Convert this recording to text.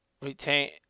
retain